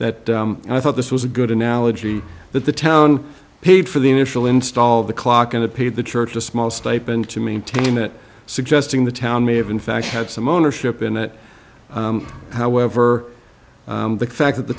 that i thought this was a good analogy that the town paid for the initial install of the clock and it paid the church a small stipend to maintain it suggesting the town may have in fact had some ownership in it however the fact that the